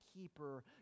keeper